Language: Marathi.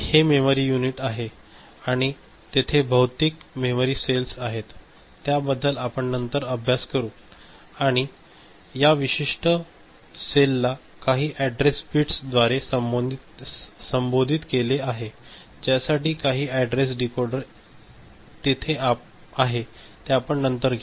आणि हे मेमरी युनिट आहे आणि तेथे भौतिक मेमरी सेल्स आहेत त्याबद्दल आपण नंतर अभ्यास करू आणि या विशिष्ट सेलला काही अॅड्रेस बिट्सद्वारे संबोधित केले आहे ज्यासाठी काही ऍडरेस डीकोडर तेथे आहे हे आपण नंतर घेऊ